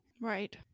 Right